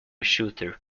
shooter